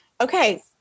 okay